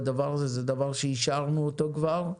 והדבר הזה זה דבר שאישרנו אותו כבר.